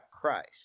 Christ